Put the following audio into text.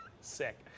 Sick